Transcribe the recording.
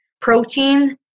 protein